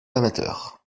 amateur